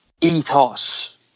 ethos